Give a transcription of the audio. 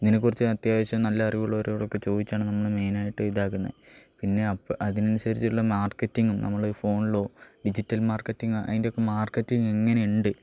ഇതിനെക്കുറിച്ച് അത്യാവശ്യം നല്ല അറിവുള്ളവരോടൊക്കെ ചോദിച്ചാണ് നമ്മൾ മെയിനായിട്ട് ഇതാക്കുന്നത് പിന്നെ അപ്പം അതിനനുസരിച്ചുള്ള മാർക്കറ്റിങ്ങും നമ്മൾ ഫോണിലോ ഡിജിറ്റൽ മാർക്കറ്റിങ് അതിൻ്റെയൊക്കെ മാർക്കറ്റിങ് എങ്ങനെ ഉണ്ട്